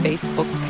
Facebook